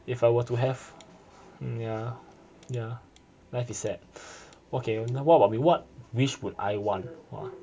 if I were to have mm ya ya life is sad okay now what about me what wish would I want on